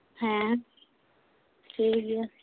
ᱦᱮᱸ ᱴᱷᱤᱠ ᱜᱮᱭᱟ